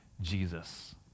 Jesus